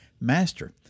Master